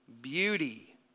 beauty